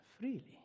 freely